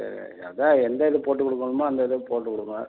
சரி அதுதான் எந்த இது போட்டு கொடுக்கணுமோ அந்த இது போட்டுக் கொடுங்க